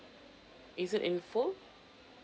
is it in full